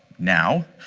now,